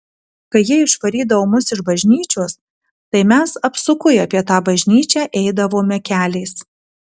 kai jie išvarydavo mus iš bažnyčios tai mes apsukui apie tą bažnyčią eidavome keliais